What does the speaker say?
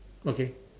okay